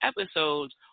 episodes